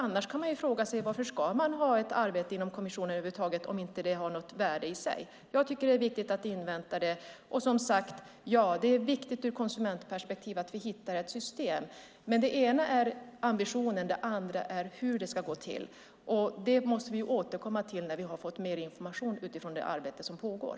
Annars kan man fråga sig varför det ska bedrivas ett arbete inom kommissionen över huvud taget, om det inte har något värde i sig. Jag tycker att det är viktigt att invänta det. Som sagt är det viktigt ur konsumentperspektiv att vi hittar ett system. Men det ena är ambitionen, det andra är hur det ska gå till. Det måste vi återkomma till när vi har fått mer information utifrån det arbete som pågår.